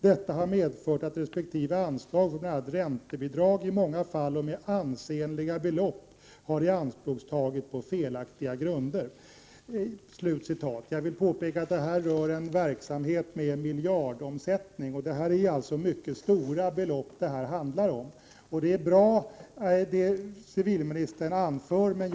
Detta har medfört att respektive anslag för bl a räntebidrag i många fall och med ansenliga belopp har ianspråktagits på felaktiga grunder.” — Jag vill påpeka att det här rör en verksamhet med miljardomsättning. Det handlar alltså om mycket stora belopp. Det civilministern anför är bra.